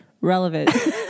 relevant